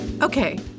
Okay